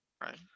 right